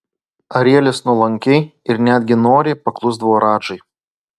arielis nuolankiai ir netgi noriai paklusdavo radžai